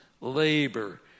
labor